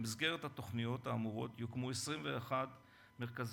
במסגרת התוכניות האמורות יוקמו 21 מרכזי